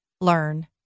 learn